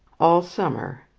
all summer,